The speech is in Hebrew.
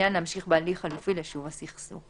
מעוניין להמשיך בהליך חלופי ליישוב הסכסוך.